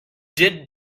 did